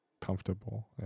comfortable